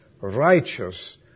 righteous